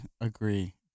agree